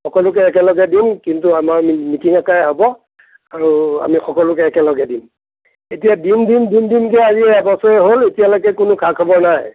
সকলোকে একেলগে দিম কিন্তু আমাৰ মি মিটিং আকাৰে হ'ব আৰু আমি সকলোকে একেলগে দিম এতিয়া দিম দিম দিম দিম কৈ আজি এবছৰে হ'ল এতিয়ালৈকে কোনো খা খবৰ নাই